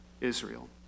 Israel